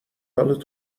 حالت